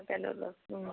ഇതൊക്കെ തന്നെയുള്ളു